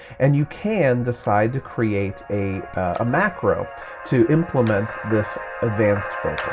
and you can decide to create a ah macro to implement this advanced